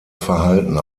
verhalten